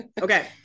okay